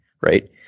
right